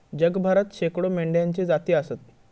जगभरात शेकडो मेंढ्यांच्ये जाती आसत